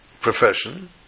profession